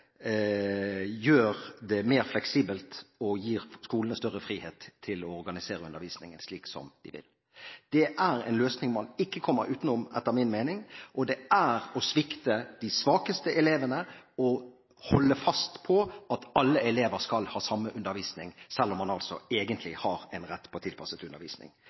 gjør det mer fleksibelt og gir skolene større frihet til å organisere undervisningen slik som de vil. Det er en løsning man ikke kommer utenom etter min mening, og det er å holde fast på at alle elever skal ha samme undervisning selv om man egentlig har rett til tilpasset undervisning.